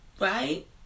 Right